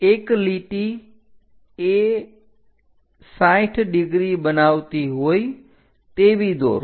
એક લીટી A 60 degree બનાવતી હોય તેવી દોરો